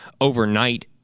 overnight